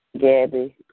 Gabby